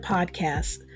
Podcast